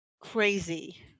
crazy